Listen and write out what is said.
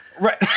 Right